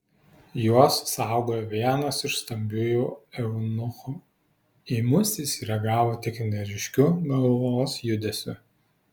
juos saugojo vienas iš stambiųjų eunuchų į mus jis reagavo tik neryškiu galvos judesiu